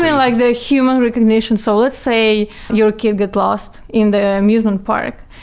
like the human recognition. so let's say your kid get lost in the amusement park,